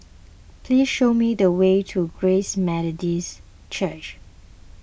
please show me the way to Grace Methodist Church